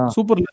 Super